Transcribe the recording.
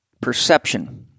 perception